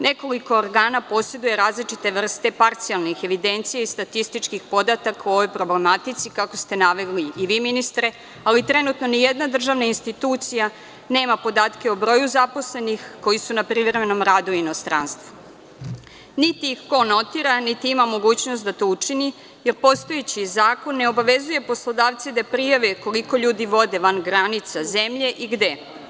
Nekoliko organa poseduje različite vrste parcijalnih evidencija i statističkih podataka o ovoj problematici, kako ste naveli i vi, ministre, ali, trenutno nijedna državna institucija nema podatke o broju zaposlenih koji su na privremenom radu u inostranstvu, niti ih ko notira, niti ima mogućnost da to učini, jer postojeći zakon ne obavezuje poslodavce da prijave koliko ljudi vode van granica zemlje i gde.